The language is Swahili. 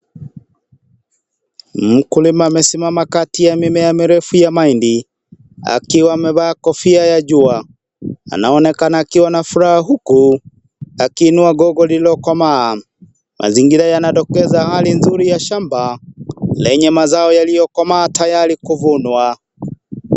Mkulima amesimama kati ya mimea mirefu ya mahindi akiwa amevaa kofia ya jua. Anaonekana akiwa na furaha huku, akiinua gogo lililo komaa. Mazingira yanaonyesha Hali nzuri ya shamba lenye mazao yaliyo komaa tayari kuvunwa.